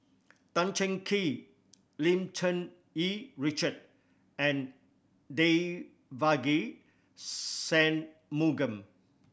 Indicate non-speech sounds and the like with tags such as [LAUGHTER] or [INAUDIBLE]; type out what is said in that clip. Tan Cheng Kee Lim Cherng Yih Richard and Devagi [UNINTELLIGIBLE] Sanmugam